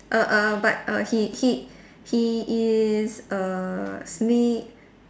err err but err he he he is err sni~